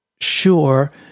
sure